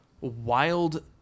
wild